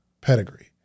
pedigree